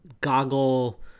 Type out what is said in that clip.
goggle